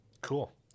Cool